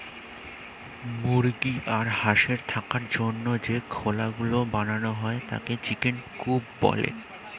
মুরগি আর হাঁসের থাকার জন্য যে খোলা গুলো বানানো হয় তাকে চিকেন কূপ বলে